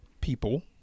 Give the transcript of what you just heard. People